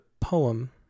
poem